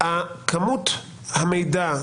כמות המידע,